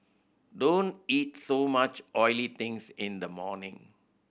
don't eat so much oily things in the morning